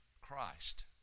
Christ